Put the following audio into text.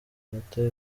bata